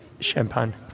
champagne